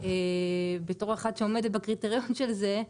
בתור אחת שעומדת בקריטריון של זה,